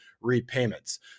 repayments